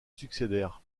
succédèrent